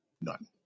None